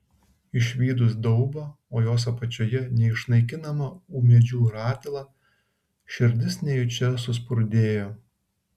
išvydus daubą o jos apačioje neišnaikinamą ūmėdžių ratilą širdis nejučia suspurdėjo